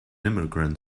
immigrant